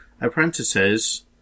apprentices